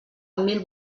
mil